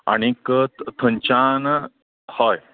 आनीक थंयच्यान हय